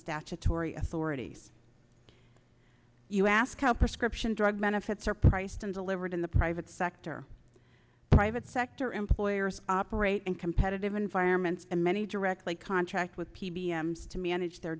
statutory authorities you ask how prescription drug benefits are priced and delivered in the private sector private sector employers operate and competitive environments and many directly contract with p b s to manage their